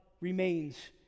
remains